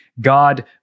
God